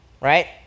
Right